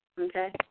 okay